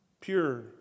Pure